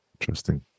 Interesting